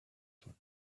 for